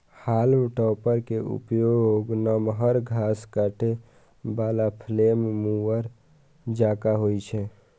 हाल्म topper के उपयोग नमहर घास काटै बला फ्लेम मूवर जकां होइ छै